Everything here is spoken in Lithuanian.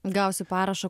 gausiu parašą